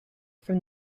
from